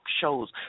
shows